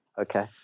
Okay